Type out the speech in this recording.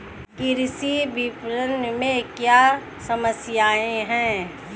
कृषि विपणन में क्या समस्याएँ हैं?